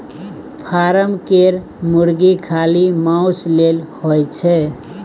form केर मुरगी खाली माउस लेल होए छै